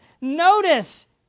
Notice